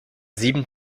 sieben